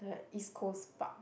the East-Coast-Park